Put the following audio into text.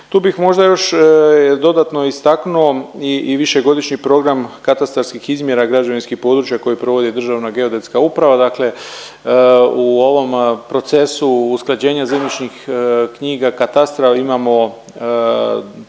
Tu bih možda još dodatno istaknuo i višegodišnji program katastarskih izmjera građevinskih područja koji provodi Državna geodetska uprava. Dakle, u ovom procesu usklađenja zemljišnih knjiga katastra imamo